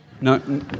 No